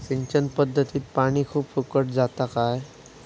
सिंचन पध्दतीत पानी खूप फुकट जाता काय?